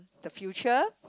the future